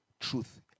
Truth